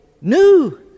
new